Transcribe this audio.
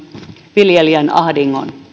viljelijän ahdingon